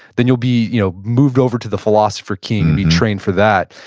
then you'll be you know moved over to the philosopher king trained for that.